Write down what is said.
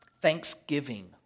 thanksgiving